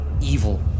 evil